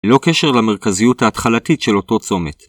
לא קשר למרכזיות ההתחלתית של אותו צומת.